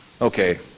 Okay